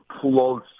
close